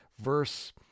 verse